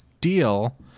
deal